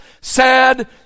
sad